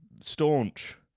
staunch